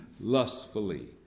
lustfully